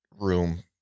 room